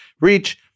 reach